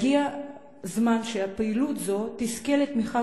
יגיע הזמן שהפעילות הזאת תזכה לתמיכה